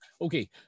Okay